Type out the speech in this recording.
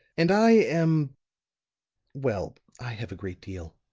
and i am well i have a great deal.